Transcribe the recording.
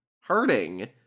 hurting